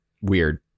weird